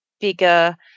bigger